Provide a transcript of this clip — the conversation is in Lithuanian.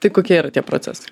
tai kokie yra tie procesai